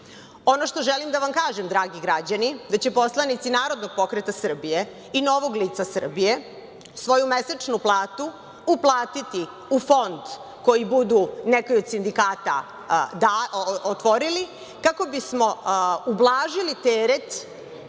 što želim da vam kaže dragi građani, da će poslanici Narodnog pokreta Srbije i Novog lica Srbije, svoju mesečnu platu uplatiti u fond koji budu neki od sindikata otvorili kako bismo ublažili teret